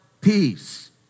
peace